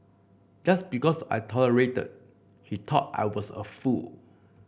just because I tolerated he thought I was a fool